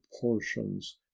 portions